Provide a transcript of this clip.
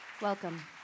Welcome